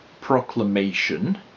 proclamation